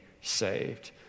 saved